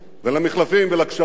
והמחלפים והגשרים,